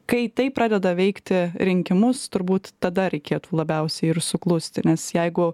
kai tai pradeda veikti rinkimus turbūt tada reikėtų labiausiai ir suklusti nes jeigu